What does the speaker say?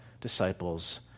disciples